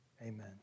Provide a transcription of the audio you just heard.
amen